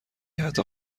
حتی